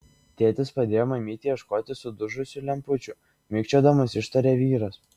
tėtis padėjo mamytei ieškoti sudužusių lempučių mikčiodamas ištarė vyras